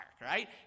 right